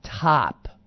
top